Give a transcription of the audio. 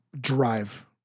drive